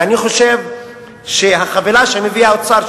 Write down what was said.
ואני חושב שהחבילה שמביא האוצר,